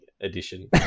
edition